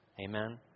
Amen